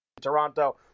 Toronto